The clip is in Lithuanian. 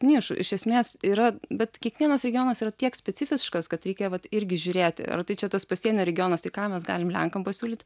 nišų iš esmės yra bet kiekvienas regionas yra tiek specifiškas kad reikia vat irgi žiūrėti ar tai čia tas pasienio regionas tai ką mes galim lenkam pasiūlyt